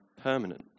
permanent